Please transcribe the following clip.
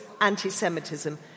anti-Semitism